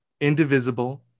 indivisible